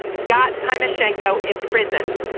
got time as jenko imprisoned,